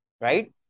right